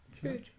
true